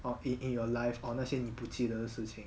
or in in your life or 那些你不记得的事情